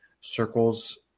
circles